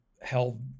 held